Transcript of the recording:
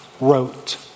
wrote